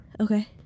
Okay